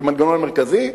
כמנגנון מרכזי,